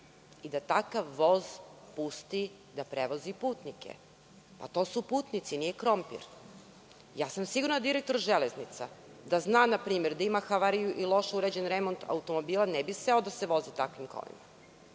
i da takav voz pusti da prevozi putnike. To su putnici, nije krompir. Sigurna sam da direktor železnica da zna npr. da ima havariju i loše urađen remont automobila, ne bi seo da se vozi takvim kolima.